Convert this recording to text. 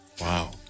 Wow